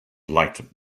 light